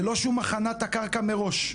ללא שום הכנת הקרקע מראש,